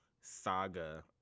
saga